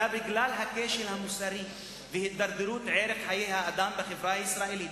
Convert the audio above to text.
אלא בגלל הכשל המוסרי והידרדרות ערך חיי האדם בחברה הישראלית.